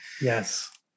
Yes